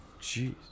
Jeez